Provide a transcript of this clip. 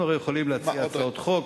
אנחנו הרי יכולים להציע הצעות חוק,